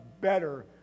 better